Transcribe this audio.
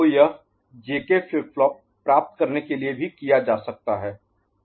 तो यह JK flip flop प्राप्त करने के लिए भी किया जा सकते हैं